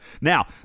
Now